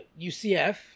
UCF